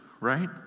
right